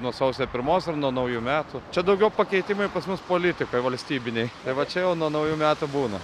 nuo sausio pirmos ar nuo naujų metų čia daugiau pakeitimai pas mus politikoj valstybiniai tai va čia jau nuo naujų metų būna